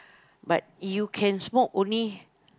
but you can smoke only